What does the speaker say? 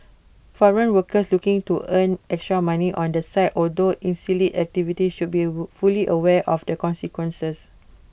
foreign workers looking to earn extra money on the side although illicit activities should be A fully aware of the consequences